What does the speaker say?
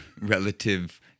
relative